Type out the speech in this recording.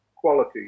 quality